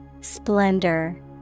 Splendor